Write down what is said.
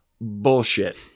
bullshit